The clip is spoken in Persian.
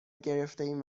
گرفتیم